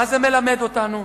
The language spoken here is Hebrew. מה זה מלמד אותנו?